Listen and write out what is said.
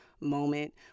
moment